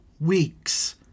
weeks